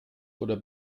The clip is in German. oder